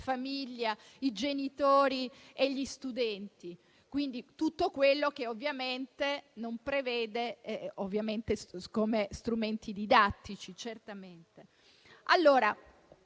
famiglia, i genitori e gli studenti (tutto quello che ovviamente non prevede come strumenti didattici).